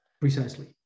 Precisely